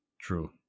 true